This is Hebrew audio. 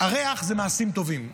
הריח זה מעשים טובים.